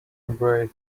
embrace